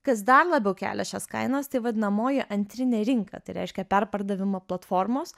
kas dar labiau kelia šias kainas tai vadinamoji antrinė rinka tai reiškia perpardavimo platformos